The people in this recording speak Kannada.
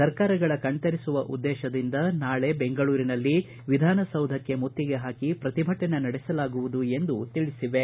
ಸರ್ಕಾರಗಳ ಕಣ್ತೆರೆಸುವ ಉದ್ದೇತದಿಂದ ನಾಳೆ ಬೆಂಗಳೂರಿನಲ್ಲಿ ವಿಧಾನ ಸೌಧಕ್ಕೆ ಮುತ್ತಿಗೆ ಹಾಕಿ ಪ್ರತಿಭಟನೆ ನಡೆಸಲಾಗುವುದು ಎಂದು ತಿಳಿಸಿವೆ